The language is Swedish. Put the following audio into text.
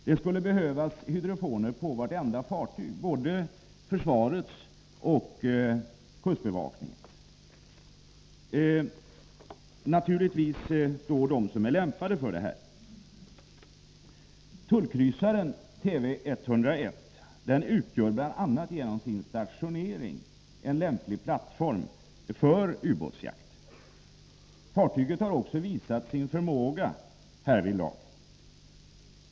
Det skulle behövas hydrofoner på vartenda fartyg som är lämpat härför, både försvarets och kustbevakningens. Tullkryssaren TV 101 utgör bl.a. genom sin stationering en lämplig plattform för ubåtsjakt. Fartyget har också visat sin förmåga härvidlag.